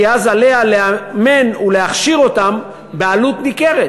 כי אז עליה לאמן ולהכשיר אותם בעלות ניכרת